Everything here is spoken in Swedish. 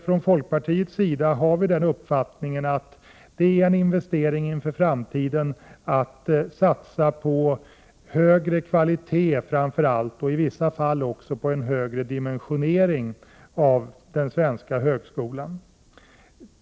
Från folkpartiets sida har vi den uppfattningen att det är en investering inför framtiden att satsa på högre kvalitet och i vissa fall också en högre dimensionering av den svenska högskolan.